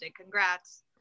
congrats